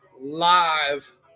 live